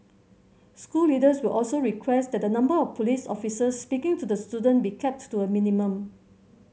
school leaders will also request that the number of police officers speaking to the student be kept to a minimum